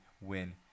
win